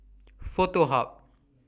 Foto Hub